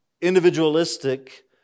individualistic